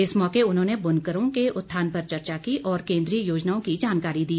इस मौके उन्होंने बुनकरों के उत्थान पर चर्चा की और केन्द्रीय योजनाओं की जानकारी दी